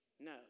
No